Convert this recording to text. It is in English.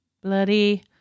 bloody